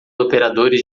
operadores